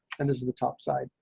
and this is the top side.